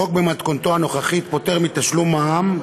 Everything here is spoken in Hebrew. החוק במתכונתו הנוכחית פוטר מתשלום מע"מ,